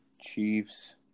Chiefs